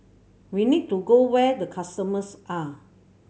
we need to go where the customers are